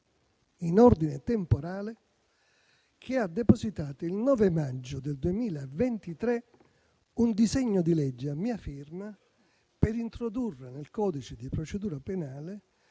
in ordine temporale, che ha depositato, il 9 maggio 2023, un disegno di legge, a mia firma, per introdurre, nel codice di procedura penale,